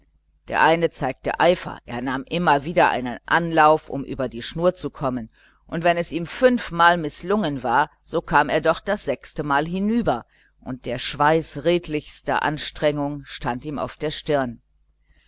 der eine zeigte wenigstens eifer er nahm immer wieder einen anlauf um über die schnur zu kommen und wenn es ihm fünfmal mißlungen war so kam er doch das sechste mal darüber und der schweiß redlicher anstrengung stand ihm auf der stirne